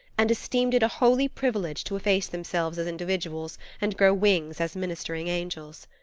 and esteemed it a holy privilege to efface themselves as individuals and grow wings as ministering angels.